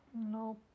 No